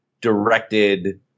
directed